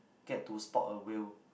get to spot a whale